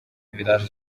village